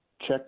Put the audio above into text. check